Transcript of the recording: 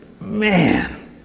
man